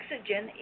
oxygen